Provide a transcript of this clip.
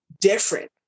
different